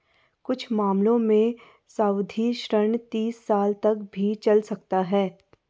कुछ मामलों में सावधि ऋण तीस साल तक भी चल सकता है